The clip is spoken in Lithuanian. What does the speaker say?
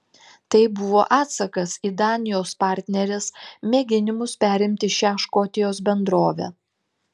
tai buvo atsakas į danijos partnerės mėginimus perimti šią škotijos bendrovę